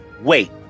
wait